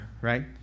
right